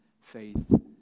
faith